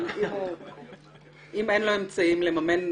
אבל אם אין לו אמצעים לממן,